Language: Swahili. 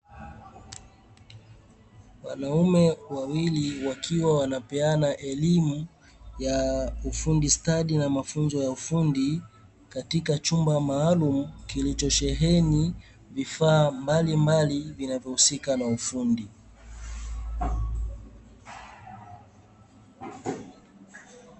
Wanaume wawili wakiwa wanapeana elimu ya ufundi stadi na ufundi, katika chumba maalumu kilichosheheni vifaa mbalimbali vinavyohusika na ufundi.